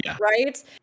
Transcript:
right